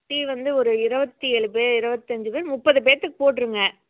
tea வந்து ஒரு இருபத்தி ஏழு பேர் இருபத்தஞ்சு பேர் முப்பது பேர்த்துக்கு போட்டிருங்க